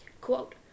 Quote